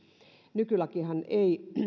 nykylakihan ei